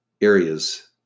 areas